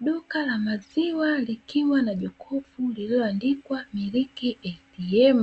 Duka la maziwa likiwa na jokofu lililoandikwa "Milk ATM"